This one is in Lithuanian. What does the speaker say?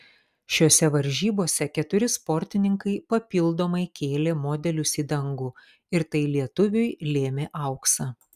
šiose varžybose keturi sportininkai papildomai kėlė modelius į dangų ir tai lietuviui lėmė auksą